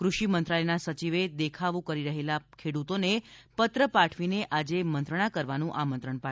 કૃષિમંત્રાલયના સચિવે દેખાવો કરી રહેલા ખેડૂતોને પત્ર પાઠવીને આજે મંત્રણા કરવાનું આમંત્રણ પાઠવ્યું છે